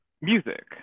music